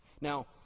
now